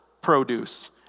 produce